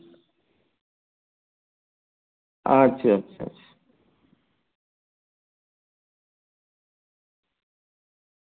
ᱟᱪᱪᱷᱟ ᱟᱪᱪᱷᱟ